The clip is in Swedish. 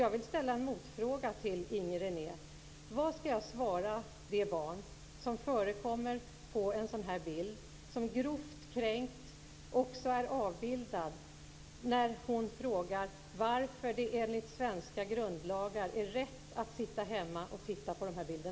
Jag vill ställa en motfråga till Inger René. Vad skall jag svara det barn som förekommer på en sådan här bild och som grovt har kränkts när han eller hon frågar: Varför är det enligt svenska grundlagar tillåtet att sitta hemma och titta på dessa bilder?